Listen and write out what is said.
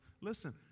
listen